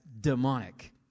demonic